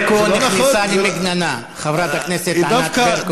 ברקו נכנסה למגננה, חברת הכנסת ענת ברקו.